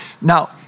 Now